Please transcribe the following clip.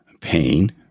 pain